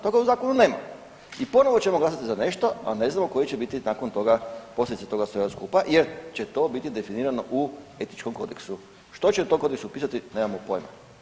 Toga u zakonu nema i ponovo ćemo glasati za nešto, a ne znamo koje će biti nakon toga posljedice toga svega skupa jer će to biti definirano u etičkom kodeksu, što će u tom kodeksu pisati nemamo pojma.